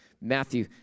Matthew